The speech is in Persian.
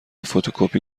فتوکپی